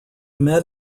met